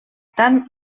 tan